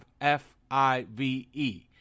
F-I-V-E